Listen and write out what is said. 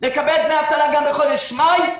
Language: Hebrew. לקבל דמי אבטלה גם בחודש מאי,